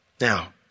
Now